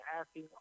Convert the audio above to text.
asking